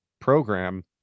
program